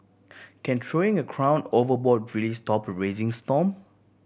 can throwing a crown overboard really stop a raging storm